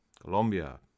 Colombia